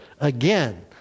again